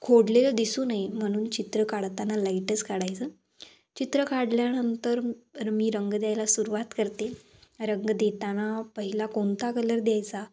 खोडलेलं दिसू नये म्हणून चित्र काढताना लाईटच काढायचं चित्र काढल्यानंतर तर मी रंग द्यायला सुरुवात करते रंग देताना पहिला कोणता कलर द्यायचा